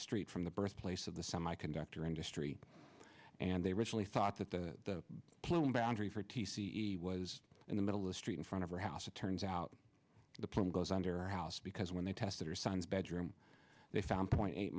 street from the birthplace of the semiconductor industry and they originally thought that the plume boundary for t c e was in the middle of the street in front of her house it turns out the plan goes under our house because when they tested her son's bedroom they found point eight